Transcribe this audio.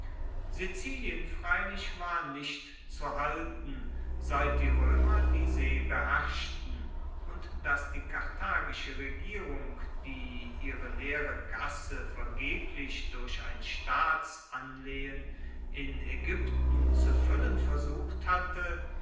sizilien freilich war nicht zu halten seit die roemer die see beherrschten und dass die karthagische regierung die ihre leere kasse vergeblich durch ein staatsanlehen in aegypten zu fuellen versucht hatte